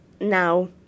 now